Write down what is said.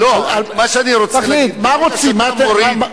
מה רוצים הרופאים?